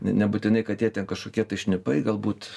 n nebūtinai kad jie ten kažkokie tai šnipai galbūt